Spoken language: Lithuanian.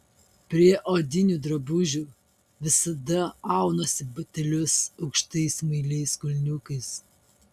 prie odinių drabužių visada aunuosi batelius aukštais smailiais kulniukais